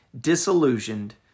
disillusioned